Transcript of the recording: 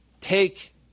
Take